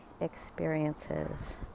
experiences